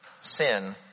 sin